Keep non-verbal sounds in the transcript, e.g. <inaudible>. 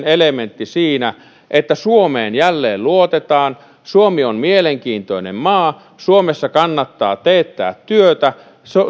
<unintelligible> elementti siinä että suomeen jälleen luotetaan suomi on mielenkiintoinen maa suomessa kannattaa teettää työtä